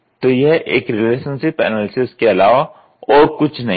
तो यह एक रिलेशनशिप एनालिसिस के अलावा और कुछ नहीं है